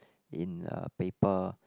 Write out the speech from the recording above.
in a paper